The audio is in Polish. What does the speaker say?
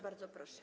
Bardzo proszę.